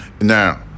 Now